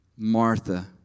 Martha